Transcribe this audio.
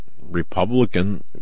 Republican